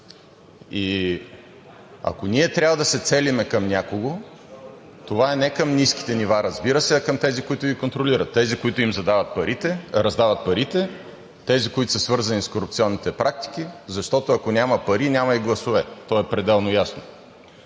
И ако ние трябва да се целим към някого, това не е към ниските нива, разбира се, а към тези, които ги контролират; тези, които им раздават парите; тези, които са свързани с корупционните практики, защото ако няма пари – няма и гласове! То е пределно ясно.